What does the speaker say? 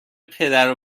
پدر